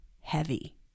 heavy